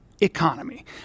economy